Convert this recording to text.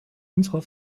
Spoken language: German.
unserer